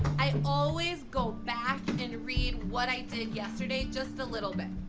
i always go back and read what i did yesterday, just a little bit.